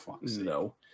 no